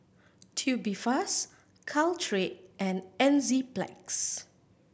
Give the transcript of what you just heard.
Tubifast Caltrate and Enzyplex